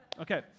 Okay